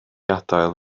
adael